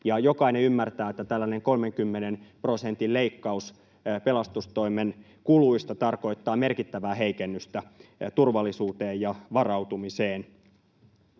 Jokainen ymmärtää, että tällainen 30 prosentin leikkaus pelastustoimen kuluista tarkoittaa merkittävää heikennystä turvallisuuteen ja varautumiseen.